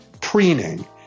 preening